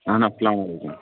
نہ نہ اسلام علیکُم